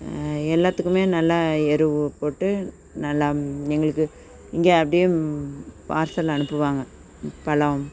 எல்லாத்துக்குமே நல்லா எருவு போட்டு நல்லா எங்களுக்கு இங்கே அப்படியே பார்சல் அனுப்புவாங்க பழம்